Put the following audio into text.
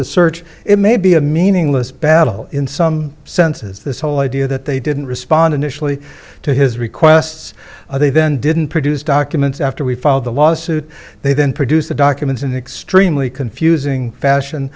the search it may be a meaningless battle in some senses this whole idea that they didn't respond initially to his requests they then didn't produce documents after we filed the lawsuit they then produce the documents in an extremely confusing fashion